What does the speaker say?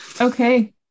Okay